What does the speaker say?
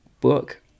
book